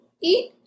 eat